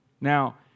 Now